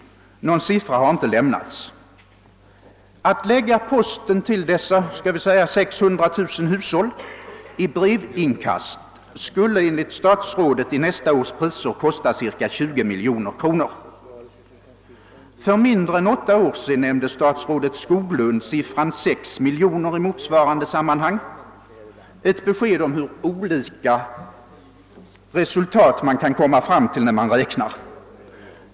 Någon siffra har inte lämnats. Att lägga posten till dessa kanske 600 000 hushåll i brevinkast skulle enligt statsrådet i nästa års priser kosta cirka 20 miljoner. För mindre än åtta år sedan nämnde statsrådet Skoglund siffran 6 miljoner i motsvarande sammanhang, ett besked om till hur olika resultat man kan komma fram när man räknar.